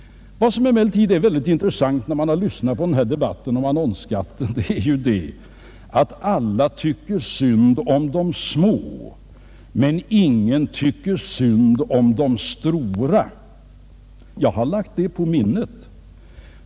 Vad som emellertid är mycket intressant när man lyssnat till denna debatt om annonsskatten är att alla tycker synd om de små, men ingen tycker synd om de stora. Jag har lagt det på minnet.